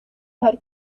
had